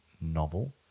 novel